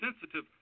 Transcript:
sensitive